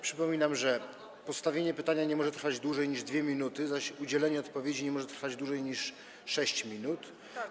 Przypominam, że postawienie pytania nie może trwać dłużej niż 2 minuty, zaś udzielenie odpowiedzi nie może trwać dłużej niż 6 minut.